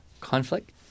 conflict